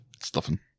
stuffing